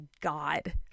God